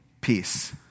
Peace